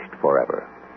forever